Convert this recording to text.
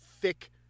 thick